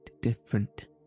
different